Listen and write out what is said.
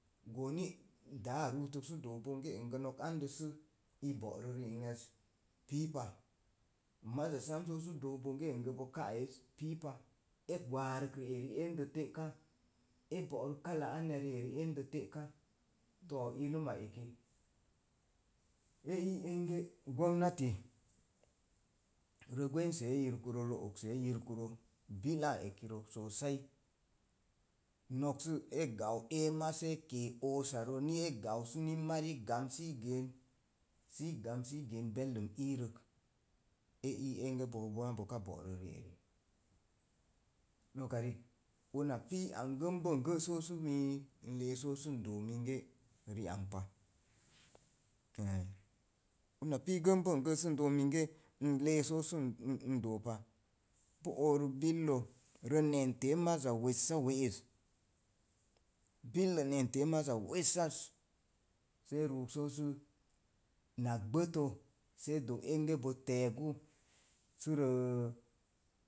Gooni daa rutuk sə doo bonge no̱k ande sə i bo'ro ri ang ya? Pii pa maza sam sə dook bonge bo ka eez piipa. E gwaa rəkrə ende te'ka. E bo'ro kala anya ri eri ende te'ka to irima eki e ii enge gomnati ro gwensee yirkurə rə oksee yirkurə bilaa ekirə sosai nok esə e gau sə eema sə e ke̱e̱ osarə ne e gau ni mai gamn sə gən sə gamn sə i gən beldima iirək e ii boka bo bo'ro rieri noka riik una pii ang gəng bəng gə sə n doo minge riang pa e una pi gəmbəng sə n dook minge ri ang pa una pii gəmbəng gə sə n dook minge n le̱e̱ sə n doopa. Npu oruk billə rə nentee maza wessawe'ez, billə nentee maza wessaz see ruuk sosu na gbətə see doo enge bo te̱e̱gu sə ra̱a̱.